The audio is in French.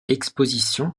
exposition